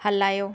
हलायो